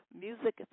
music